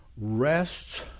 rests